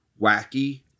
wacky